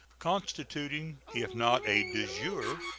constituting, if not a de jure,